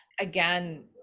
again